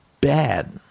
bad